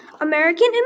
American